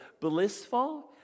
blissful